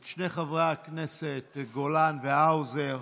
את שני חברי הכנסת, גולן והאוזר.